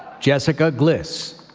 jessica gliss,